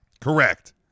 Correct